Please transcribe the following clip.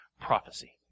prophecy